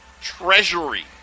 Treasury